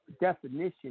definition